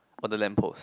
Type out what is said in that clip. on the lamp post